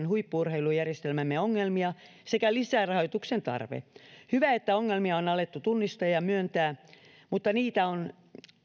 huippu urheilujärjestelmämme ongelmia sekä lisärahoituksen tarve hyvä että ongelmia on alettu tunnistaa ja myöntää mutta niitä on